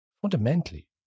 Fundamentally